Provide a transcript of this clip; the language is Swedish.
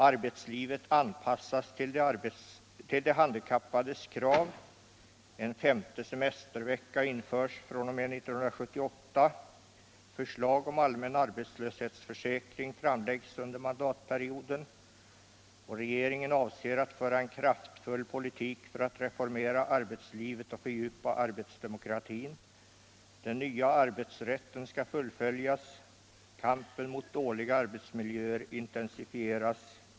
Arbetslivet måste anpassas till de handikappades krav. Regeringen avser att föra en kraftfull politik för att reformera arbetslivet och fördjupa arbetsdemokratin. Den nya arbetsrätten skall fullföljas, kampen mot dåliga arbetsmiljöer intensificras.